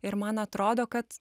ir man atrodo kad